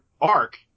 arc